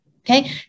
okay